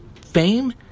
fame